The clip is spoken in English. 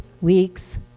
weeks